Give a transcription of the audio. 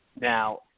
Now